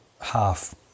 half